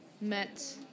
met